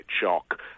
shock